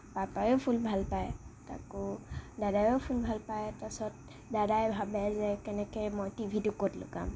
পাপাইও ফুল ভালপায় আকৌ দাদাইও ফুল ভাল পায় তাৰপাছত দাদাই ভাবে যে কেনেকৈ মই টিভিটো ক'ত লগাম